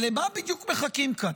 אבל למה בדיוק מחכים כאן?